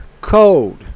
code